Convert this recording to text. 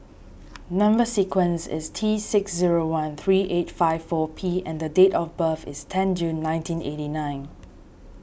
Number Sequence is T six zero one three eight five four P and the date of birth is ten June nineteen eighty nine